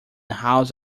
house